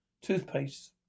toothpaste